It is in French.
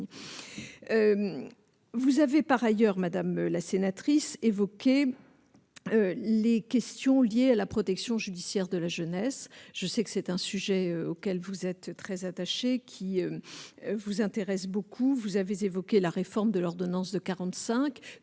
vous avez par ailleurs madame la sénatrice évoquer les questions liées à la protection judiciaire de la jeunesse, je sais que c'est un sujet auquel vous êtes très attaché, qui vous intéresse beaucoup, vous avez évoqué la. Réforme de l'ordonnance de 45